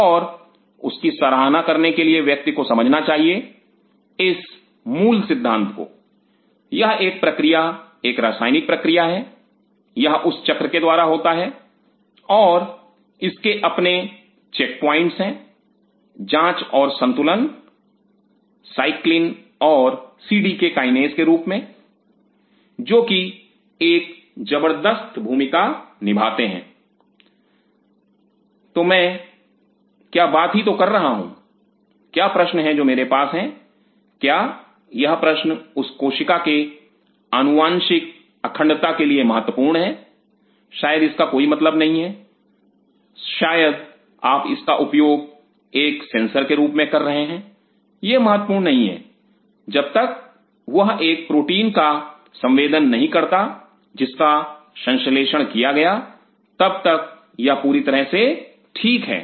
और उसकी सराहना करने के लिए व्यक्ति को समझना चाहिए इस मूल सिद्धांत को यह एक प्रक्रिया एक रासायनिक प्रक्रिया है यह उस चक्र के द्वारा होता है और इसके अपने चेकप्वाइंट हैं जांच और संतुलन साइक्लिन और सीडीके काईनेज के रूप में जो कि एक जबर्दस्त भूमिका निभाते हैं मैं क्या बात ही तो कर रहा हूं क्या प्रश्न है जो मेरे पास है क्या यह प्रश्न उस कोशिका के अनुवांशिक अखंडता के लिए महत्वपूर्ण है शायद इसका कोई मतलब नहीं है शायद आप इसका उपयोग एक सेंसर के रूप में कर रहे हैं यह महत्वपूर्ण नहीं है जब तक वह एक प्रोटीन का संवेदन नहीं करता जिसका संश्लेषण किया गया तब तक यह पूरी तरह से ठीक है